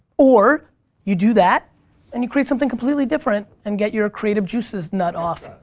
or you do that and you create something completely different, and get your creative juices nut off.